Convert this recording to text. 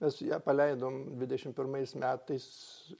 mes ją praleidom dvidešim pirmais metais